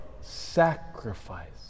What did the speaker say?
sacrifice